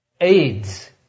AIDS